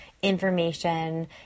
information